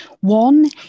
One